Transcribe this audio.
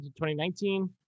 2019